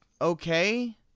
okay